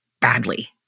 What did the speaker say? Badly